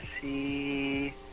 See